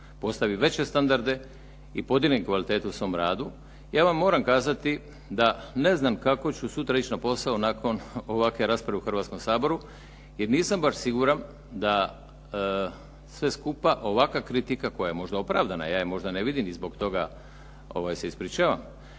postavi veće standarde i .../Govornik se ne razumije./... kvalitete u svom radu. Ja vam moram kazati da ne znam kako ću sutra ići na posao nakon ovakve rasprave u Hrvatskom saboru, jer nisam baš siguran da sve skupa ovakva kritika koja je možda opravdana, ja je možda ne vidim i zbog toga se ispričavam,